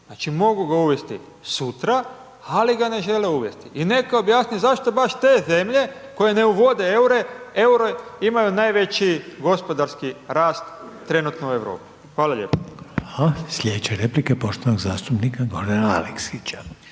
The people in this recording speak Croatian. znači, mogu ga uvesti sutra, ali ga ne žele uvesti i neka objasni zašto baš te zemlje koje ne uvode EUR-e, imaju najveći gospodarski rast trenutno u Europi? Hvala lijepo. **Reiner, Željko (HDZ)** Slijedeće replike poštovanog zastupnika Gordana Aleksića.